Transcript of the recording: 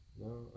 No